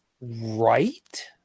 right